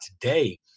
today